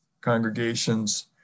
congregations